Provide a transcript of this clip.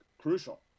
crucial